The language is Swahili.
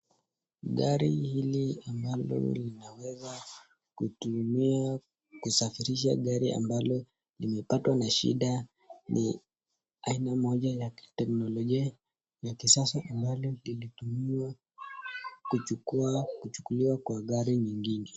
Gari hili ambalo linaweza kutumiwa kusafirisha gari ambalo limepatwa na shida ni aina moja ya kiteknolojia ya kisasa ambalo lilitumiwa kuchuliwa kwa gari nyingine.